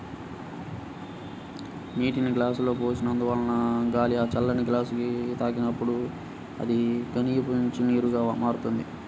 చల్లటి నీటిని గ్లాసులో పోసినందువలన గాలి ఆ చల్లని గ్లాసుని తాకినప్పుడు అది ఘనీభవించిన నీరుగా మారుతుంది